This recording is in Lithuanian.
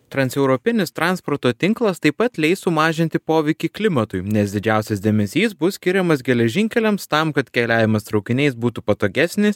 transeuropinis transporto tinklas taip pat leis sumažinti poveikį klimatui nes didžiausias dėmesys bus skiriamas geležinkeliams tam kad keliavimas traukiniais būtų patogesnis